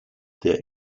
der